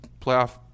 playoff